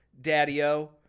Daddy-O